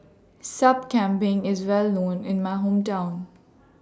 Sup Kambing IS Well known in My Hometown